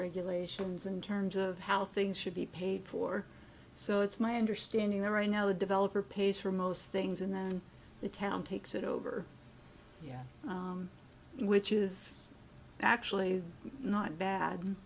shuns in terms of how things should be paid for so it's my understanding there right now the developer pays for most things and then the town takes it over yeah which is actually not bad